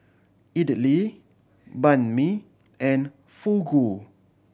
Idili Banh Mi and Fugu